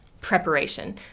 preparation